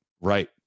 right